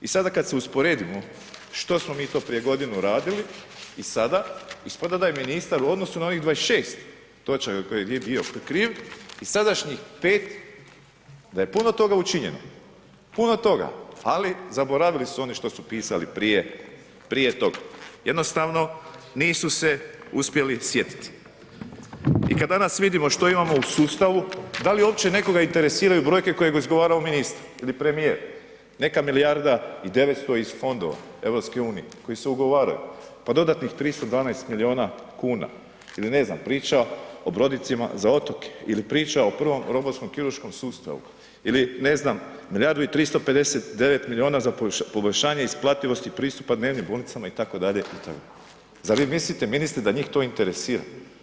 I sada kad se usporedimo što smo mi to prije godinu radili i sada, ispada je ministar u odnosu na ovih 26. točaka koje je bio kriv i sadašnjih 5. da je puno toga učinjeno, puno toga, ali zaboravili su oni što su pisali prije, prije tog, jednostavno nisu se uspjeli sjetiti i kad danas vidimo što imamo u sustavu da li uopće nekoga interesiraju brojke koje bi izgovarao ministar ili premijer, neka milijarda i 900 iz Fondova EU koji se ugovaraju, pa dodatnih 312 milijuna kuna ili ne znam priča o brodicima za otoke ili priča o prvom robotskom kirurškom sustavu ili ne znam milijardu i 359 milijuna za poboljšanje isplativosti pristupa dnevnim bolnicama itd., itd., zar vi mislite ministre da to njih interesira?